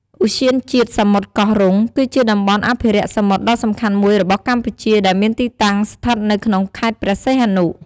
ឧទ្យានជាតិសមុទ្រកោះរុង គឺជាតំបន់អភិរក្សសមុទ្រដ៏សំខាន់មួយរបស់កម្ពុជាដែលមានទីតាំងស្ថិតនៅក្នុងខេត្តព្រះសីហនុ។